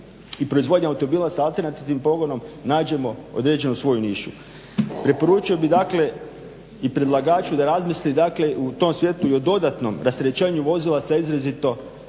i proizvodnje automobila s alternativnim pogonom nađemo određenu svoju nišu. Preporučio bih dakle i predlagaču da razmisli dakle u tom svjetlu i o dodatnom rasterećenju vozila sa izrazito